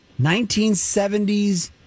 1970s